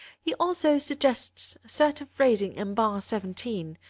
he also suggests certain phrasing in bar seventeen,